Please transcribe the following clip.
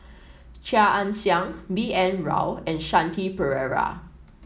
Chia Ann Siang B N Rao and Shanti Pereira